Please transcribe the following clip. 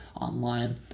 online